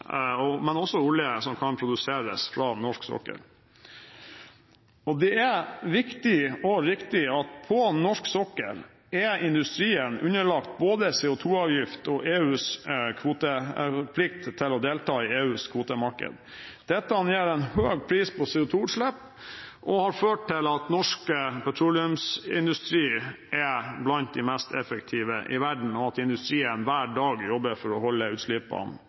men også olje – som kan produseres fra norsk sokkel. Det er viktig, og riktig, at på norsk sokkel er industrien underlagt både CO2-avgift og plikt til å delta i EUs kvotemarked. Dette gir en høy pris på CO2-utslipp og har ført til at norsk petroleumsindustri er blant de mest effektive i verden, og at industrien hver dag jobber for å holde utslippene